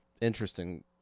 interesting